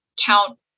count